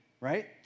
right